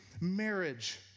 marriage